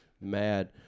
mad